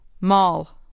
Mall